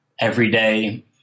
everyday